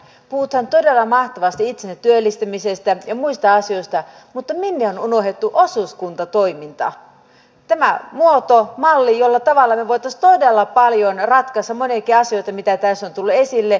puhutaan todella mahtavasti itsensä työllistämisestä ja muista asioista mutta minne on unohdettu osuuskuntatoiminta tämä malli jolla me voisimme todella paljon ratkaista moniakin asioita mitä tässä on tullut esille